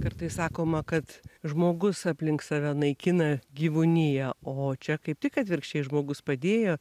kartais sakoma kad žmogus aplink save naikina gyvūniją o čia kaip tik atvirkščiai žmogus padėjo